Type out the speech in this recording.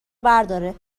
برداره